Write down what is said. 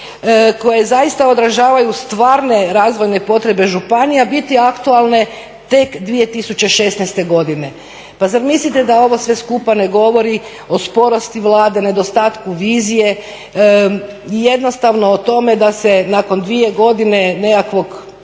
koje zaista odražavaju stvarne razvojne potrebe županija biti aktualne tek 2016. godine. Pa zar mislite da ovo sve skupa ne govori o sporosti Vlade, nedostatku vizije, jednostavno o tome da se nakon 2 godine nekakvog